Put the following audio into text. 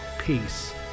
peace